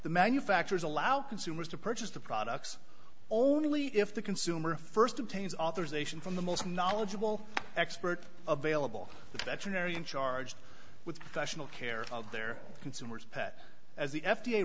the manufacturers allow consumers to purchase the products only if the consumer st obtains authorization from the most knowledgeable expert available the veterinarian charged with national care of their consumers pet as the f